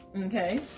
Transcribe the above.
Okay